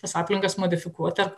tas aplinkas modifikuot ar